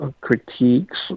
critiques